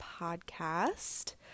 Podcast